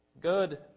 Good